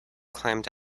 climbed